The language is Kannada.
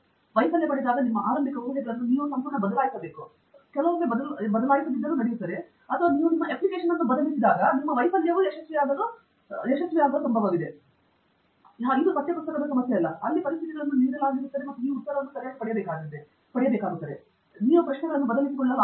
ಇದನ್ನು ಮಾಡಲು ನಿಮಗೆ ಅನುಮತಿಸಲಾಗಿದೆ ಇದು ಪಠ್ಯ ಪುಸ್ತಕ ಸಮಸ್ಯೆ ಅಲ್ಲ ಅಲ್ಲಿ ಪರಿಸ್ಥಿತಿಗಳು ನೀಡಲಾಗಿದೆ ಮತ್ತು ನೀವು ಉತ್ತರವನ್ನು ಸರಿಯಾಗಿ ಪಡೆಯಬೇಕು ನೀವು ಪ್ರಶ್ನೆಗಳನ್ನು ಬದಲಿಸಿಕೊಳ್ಳಬಹುದು